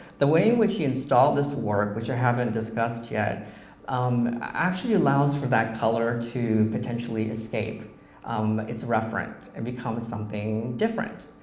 the way in which he installed this work, which i haven't discussed yet um actually allows for that color to potentially escape its referent and become something different.